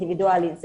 אינדיבידואלי,